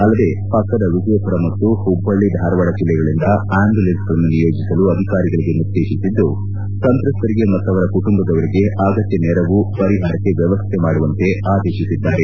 ಅಲ್ಲದೆ ಪಕ್ಕದ ವಿಜಯಪುರ ಮತ್ತು ಹುಬ್ಬಳ್ಳ ಧಾರವಾಡ ಜಿಲ್ಲೆಗಳಿಂದ ಅಂಬ್ಯುರೆನ್ಗಳನ್ನು ನಿಯೋಜಿಸಲು ಅಧಿಕಾರಿಗಳಿಗೆ ನಿರ್ದೇಶಿಸಿದ್ದು ಸಂತ್ರಸ್ತರಿಗೆ ಮತ್ತವರ ಕುಟುಂಬದವರಿಗೆ ಅಗತ್ಯ ನೆರವು ಪರಿಹಾರಕ್ಕೆ ವ್ಯವಸ್ಥೆ ಮಾಡುವಂತೆ ಆದೇಶಿಸಿದ್ದಾರೆ